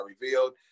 revealed